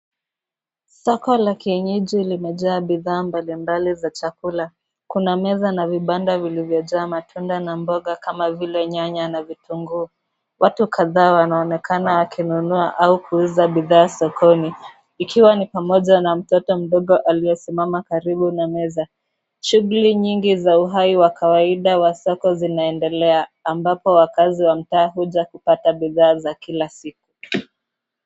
Soko la kienyeji limejaa bidhaa mbalimbali za chakula. Kuna meza na vibanda vilivyojaa matunda na mboga kama vile nyanya na vitunguu. Watu kadhaa wanaonekana wakinunua au kuuza bidhaa sokoni. Ikiwa ni pamoja na mtoto mdogo aliyesimama karibu na meza. Shughuli nyingi za uhai wa kawaida wa soko zinaendelea, ambapo wakaazi wa mtaa huja kupata bidhaa za kila siku.